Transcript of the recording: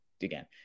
again